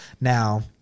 Now